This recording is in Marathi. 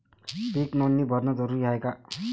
पीक नोंदनी भरनं जरूरी हाये का?